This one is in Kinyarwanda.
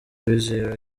bizihiwe